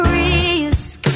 risk